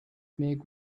make